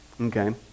Okay